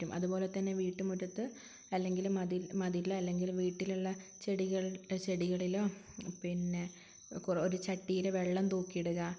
അതുപോലെതന്നെ വീട്ടുമുറ്റത്ത് അല്ലെങ്കില് മതിലിലോ അല്ലെങ്കിൽ വീട്ടിലുള്ള ചെടികളിലോ പിന്നെ ഒരു ചട്ടിയില് വെള്ളം തൂക്കിയിടുക